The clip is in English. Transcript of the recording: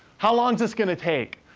how long's this gonna take?